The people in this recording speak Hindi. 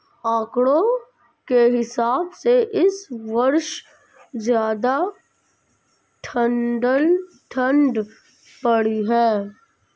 आंकड़ों के हिसाब से इस वर्ष ज्यादा ठण्ड पड़ी है